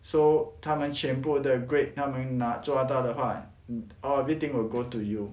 so 他们全部的 grade 他们拿抓到的话 all everything will go to you